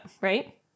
right